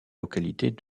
localités